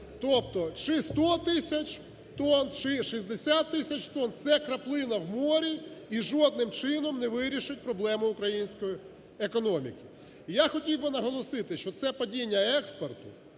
Тобто чи 100 тисяч тонн, чи 60 тисяч тонн – це краплина в морі і жодним чином не вирішить проблему української економіки. Я хотів би наголосити, що це падіння експорту